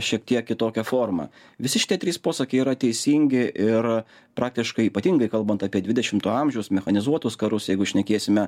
šiek tiek kitokia forma visi šitie trys posakiai yra teisingi ir praktiškai ypatingai kalbant apie dvidešimto amžiaus mechanizuotus karus jeigu šnekėsime